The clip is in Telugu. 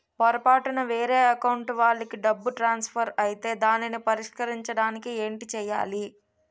పొరపాటున వేరే అకౌంట్ వాలికి డబ్బు ట్రాన్సఫర్ ఐతే దానిని పరిష్కరించడానికి ఏంటి చేయాలి?